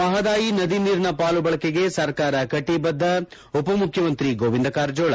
ಮಹದಾಯಿ ನದಿ ನೀರಿನ ಪಾಲು ಬಳಕೆಗೆ ಸರ್ಕಾರ ಕಟಿಬದ್ದ ಉಪಮುಖ್ಯಮಂತ್ರಿ ಗೋವಿಂದ ಕಾರಜೋಳ